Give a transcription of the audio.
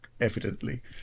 evidently